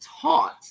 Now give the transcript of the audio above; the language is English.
taught